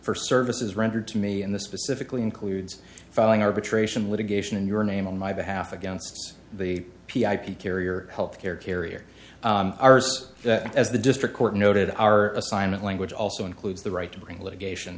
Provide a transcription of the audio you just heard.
for services rendered to me and the specifically includes filing arbitration litigation in your name on my behalf against the p i p a carrier healthcare carrier arse as the district court noted our assignment language also includes the right to bring litigation